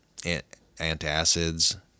antacids